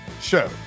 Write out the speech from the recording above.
Show